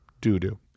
doo-doo